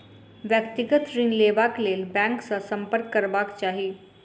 व्यक्तिगत ऋण लेबाक लेल बैंक सॅ सम्पर्क करबाक चाही